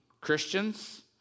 Christians